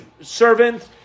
servant